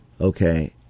okay